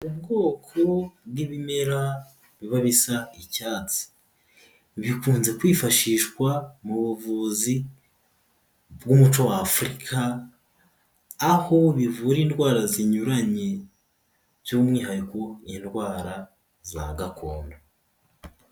Ubwoko bw'ibimera biba bisa icyatsi, bikunze kwifashishwa mu buvuzi bw'umuco w'Afurika, aho bivura indwara zinyuranye by'umwihariko indwara za gakondo.